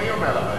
אני אומר לך את זה.